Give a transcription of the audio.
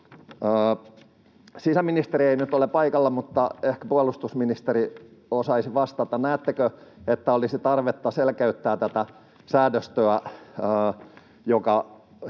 Sisäministeri ei nyt ole paikalla, mutta ehkä puolustusministeri osaisi vastata: näettekö, että olisi tarvetta selkeyttää tätä säädöstöä,